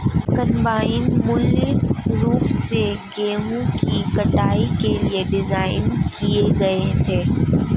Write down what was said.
combine मूल रूप से गेहूं की कटाई के लिए डिज़ाइन किए गए थे